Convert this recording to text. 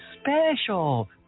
special